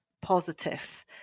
positive